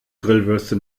grillwürste